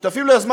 שותפים ליוזמה,